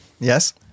Yes